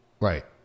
Right